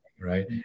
right